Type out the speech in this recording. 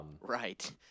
Right